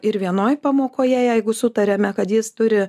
ir vienoj pamokoje jeigu sutariame kad jis turi